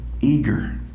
eager